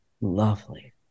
lovely